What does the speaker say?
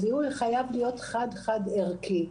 הזיכוי חייב להיות חד חד ערכי.